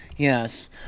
Yes